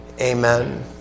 Amen